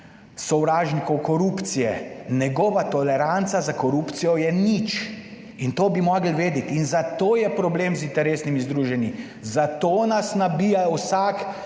sovražnikov korupcije, njegova toleranca za korupcijo je nič in to bi morali vedeti in zato je problem z interesnimi združenji. Za to nas nabijajo, vsak